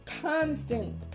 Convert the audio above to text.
constant